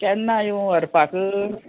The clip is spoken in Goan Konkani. केन्ना येवं व्हरपाक